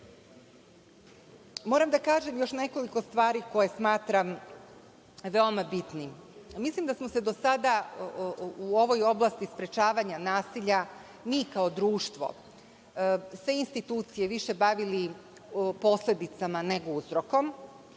Odbor. Moram da kažem još nekoliko stvari koje smatram veoma bitnim. Mislim da smo se do sada u ovoj oblasti sprečavanja nasilja mi kao društvo, sve institucije više bavili posledicama, ne uzrokom. Dve